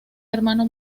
hermano